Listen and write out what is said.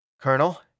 Colonel